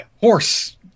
Horse